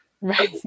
Right